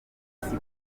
bahita